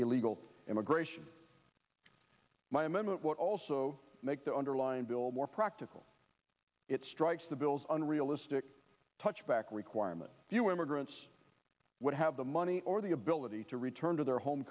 illegal immigration my amendment what also make the underlying bill more practical it strikes the bill's unrealistic touchback requirement you immigrants would have the money or the ability to return to their home